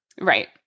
Right